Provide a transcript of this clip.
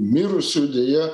mirusių deja